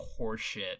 horseshit